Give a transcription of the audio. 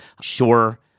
Sure